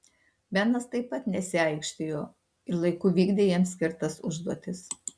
benas taip pat nesiaikštijo ir laiku vykdė jam skirtas užduotis